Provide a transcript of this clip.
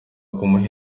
kumuha